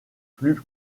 plus